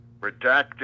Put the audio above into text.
redacted